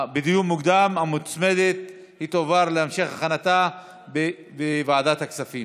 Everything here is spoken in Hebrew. מוקדם, ותועבר להמשך הכנתה בוועדת הכספים.